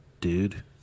dude